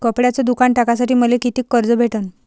कपड्याचं दुकान टाकासाठी मले कितीक कर्ज भेटन?